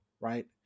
right